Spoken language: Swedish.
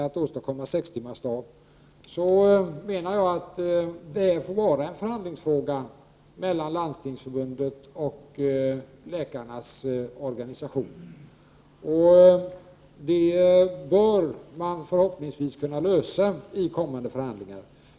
Att åstadkomma sextimmarsdag får vara en förhandlingsfråga mellan Landstingsförbundet och läkarnas organisation. Det bör förhoppningsvis kunna lösas i kommande förhandlingar.